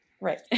Right